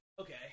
okay